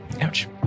Ouch